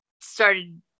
started